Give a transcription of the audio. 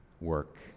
Work